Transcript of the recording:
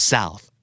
South